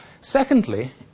Secondly